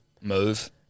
Move